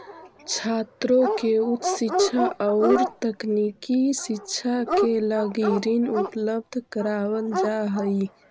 छात्रों के उच्च शिक्षा औउर तकनीकी शिक्षा के लगी ऋण उपलब्ध करावल जाऽ हई